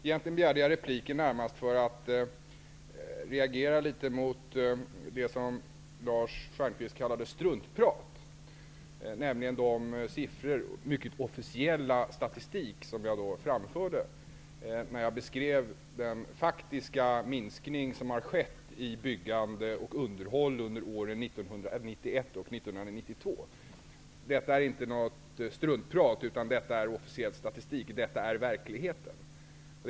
Egentligen begärde jag repliken närmast för att reagera litet mot det som Lars Stjernkvist kallade struntprat, nämligen de siffror ur mycket officiell statistik som jag anförde när jag beskrev den fak tiska minskning som skett i byggande och under håll under åren 1991 och 1992. Detta är inte något struntprat, utan det är officiell statistik. Detta är verkligheten.